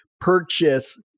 purchase